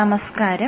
നമസ്കാരം